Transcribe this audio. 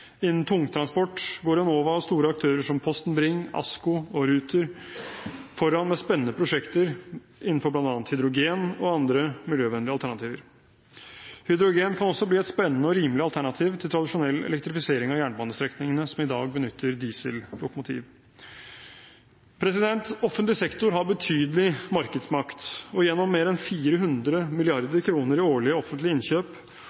Innen tungtransport går Enova og store aktører som Posten, Bring, ASKO og Ruter foran med spennende prosjekter innenfor bl.a. hydrogen og andre miljøvennlige alternativer. Hydrogen kan også bli et spennende og rimelig alternativ til tradisjonell elektrifisering av jernbanestrekningene som i dag benytter diesellokomotiv. Offentlig sektor har betydelig markedsmakt, og gjennom mer enn 400 mrd. kr i årlige, offentlige innkjøp